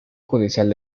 judicial